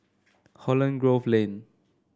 Holland Grove Lane